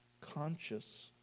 Conscious